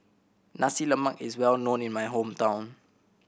Nasi Lemak is well known in my hometown